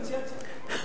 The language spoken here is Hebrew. תעשו דיפרנציאציה.